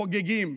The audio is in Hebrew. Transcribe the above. חוגגים,